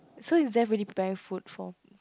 so is just really prepare food for